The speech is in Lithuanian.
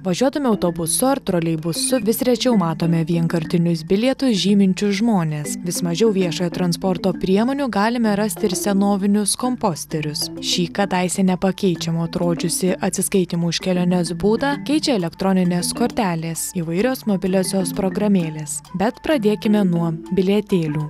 važiuodami autobusu ar troleibusu vis rečiau matome vienkartinius bilietus žyminčius žmones vis mažiau viešojo transporto priemonių galime rasti ir senovinius komposterius šį kadaise nepakeičiamu atrodžiusį atsiskaitymų už keliones būdą keičia elektroninės kortelės įvairios mobiliosios programėlės bet pradėkime nuo bilietėlių